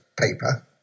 paper